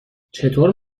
چطور